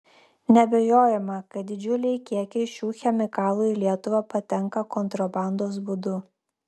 neabejojama kad didžiuliai kiekiai šių chemikalų į lietuvą patenka kontrabandos būdu